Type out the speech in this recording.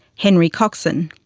henry coxen,